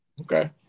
Okay